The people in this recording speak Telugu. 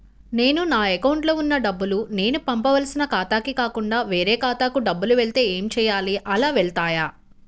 నేను నా అకౌంట్లో వున్న డబ్బులు నేను పంపవలసిన ఖాతాకి కాకుండా వేరే ఖాతాకు డబ్బులు వెళ్తే ఏంచేయాలి? అలా వెళ్తాయా?